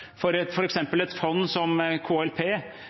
for f.eks. et fond som KLP